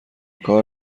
کار